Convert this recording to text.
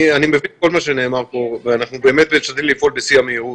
אני מבין כל מה שנאמר פה ואנחנו באמת משתדלים לפעול בשיא המהירות.